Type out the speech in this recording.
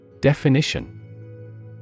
Definition